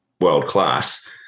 world-class